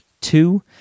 two